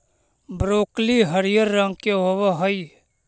broccoli हरियर रंग के होब हई